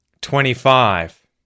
twenty-five